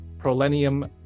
Prolenium